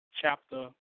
chapter